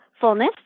fullness